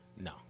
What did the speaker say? No